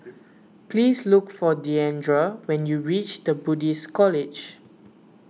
please look for Diandra when you reach the Buddhist College